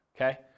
okay